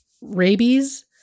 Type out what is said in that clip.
rabies